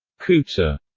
cooter